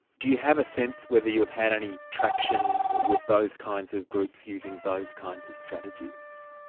do you have a sense whether you have had any traction with those kinds of groups using those kinds of strategies?